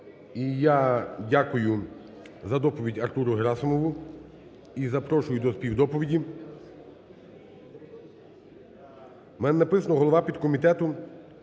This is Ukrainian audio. І я дякую за доповідь Артуру Герасимову. І запрошую до співдоповіді… В мене написано голова підкомітету